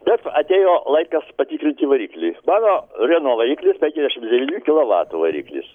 bet atėjo laikas patikrinti variklį mano reno variklis penkiasdešimt devynių kilovatų variklis